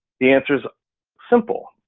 the answer is simple.